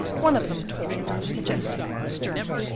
one of them, tall, majestic, stern,